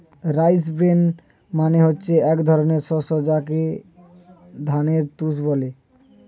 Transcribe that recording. rice bran মানে হচ্ছে এক ধরনের শস্য যাকে ধানের তুষ বলে